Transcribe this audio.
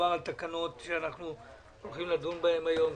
מדובר בתקנות שאנחנו הולכים לדון בהן היום,